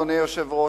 אדוני היושב-ראש,